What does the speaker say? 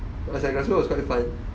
but glasgow was quite fun